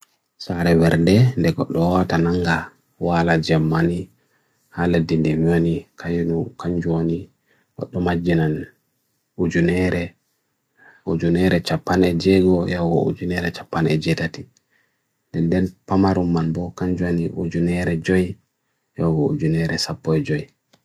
Bird ɓe ngoodi ha laawol ngal ko nganja goonga, saareje ndiyanji fowru ngam tawa e nafoore. ɓe waawna ngoodi ngal ha jaandol.